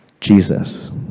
Jesus